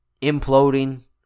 imploding